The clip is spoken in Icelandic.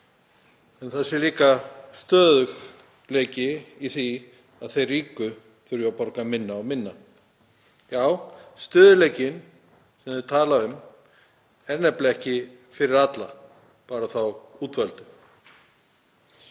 að það sé líka stöðugleiki í því að þeir ríku þurfi að borga minna og minna. Já, stöðugleikinn sem þeir tala um er nefnilega ekki fyrir alla, bara þá útvöldu.